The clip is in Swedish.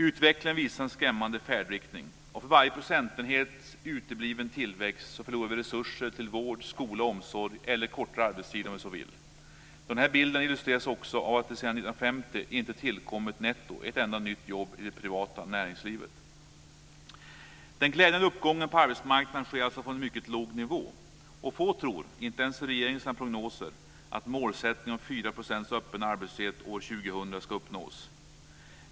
Utvecklingen visar en skrämmande färdriktning. Och för varje procentenhet utebliven tillväxt förlorar vi resurser till vård, omsorg, skola och kortare arbetstid, om man så vill. Den här bilden illustreras också av att det sedan 1950 inte tillkommit netto ett enda nytt jobb i det privata näringslivet. Den glädjande uppgången på arbetsmarknaden sker alltså från en mycket låg nivå. Och få tror, inte ens regeringen i sina prognoser, att målet om 4 % öppen arbetslöshet år 2000 ska kunna uppnås.